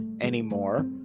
anymore